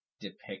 depict